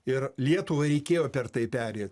ir lietuvai reikėjo per tai pereit